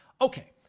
Okay